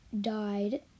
died